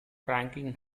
franklin